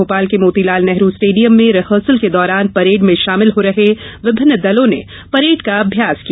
भोपाल के मोतीलाल नेहरू स्टेडियम में रिहर्सल के दौरान परेड में शामिल हो रहे विभिन्न दलों ने परेड का अभ्यास किया